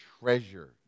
treasure